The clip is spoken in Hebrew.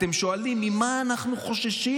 אתם שואלים למה אנחנו חוששים